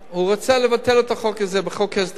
הוא רוצה לבטל את החוק הזה בחוק ההסדרים.